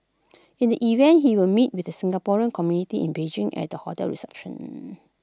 in the evening he will meet with the Singaporean community in Beijing at A hotel reception